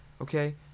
okay